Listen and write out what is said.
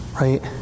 right